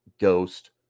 ghost